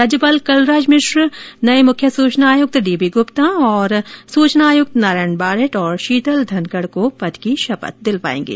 राज्यपाल कलराज मिश्र नए मुख्य सूचना आयुक्त डीबी गुप्ता और सूचना आयुक्त नारायण बारेठ तथा शीतल धनकड को शपथ दिलवाएंगे